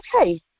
okay